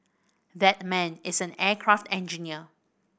that man is an aircraft engineer